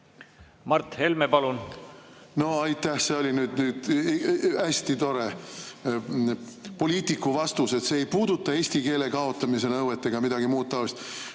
Mart Helme, palun! No aitäh! See oli nüüd hästi tore poliitiku vastus, et see ei puuduta eesti keele kaotamise nõuet ega midagi muud taolist.